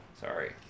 sorry